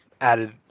added